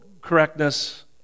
correctness